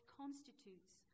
constitutes